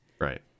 Right